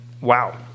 wow